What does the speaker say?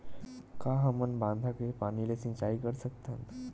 का हमन बांधा के पानी ले सिंचाई कर सकथन?